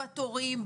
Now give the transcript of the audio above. בתורים,